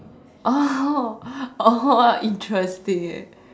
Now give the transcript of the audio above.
oh oh !wow! interesting eh